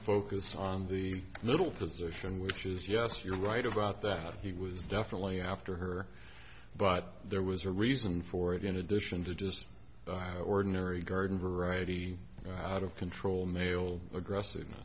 focus on the middle position which is yes you're right about that he was definitely after her but there was a reason for it in addition to just ordinary garden variety out of control male aggressive